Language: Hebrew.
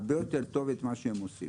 שבאמת נעשה איזשהו מדרג בתוך הנושאים האלה,